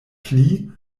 pli